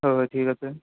হয় হয় ঠিক আছে